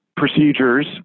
procedures